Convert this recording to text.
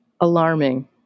alarming